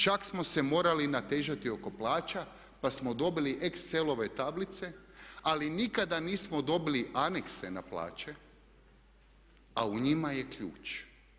Čak smo se morali natezati oko plaća pa smo dobili excelove tablice, ali nikada nismo dobili anekse na plaće a u njima je ključ.